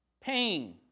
pain